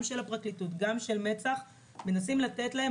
גם של הפרקליטות וגם של מצ"ח ומנסים לתת להם